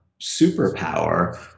superpower